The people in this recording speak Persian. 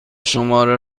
شماره